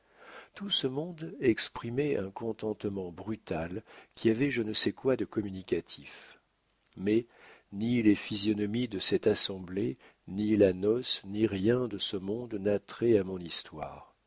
tout ce monde exprimait un contentement brutal qui avait je ne sais quoi de communicatif mais ni les physionomies de cette assemblée ni la noce ni rien de ce monde n'a trait à mon histoire